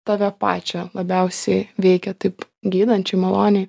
tave pačią labiausiai veikia taip gydančiai maloniai